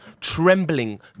trembling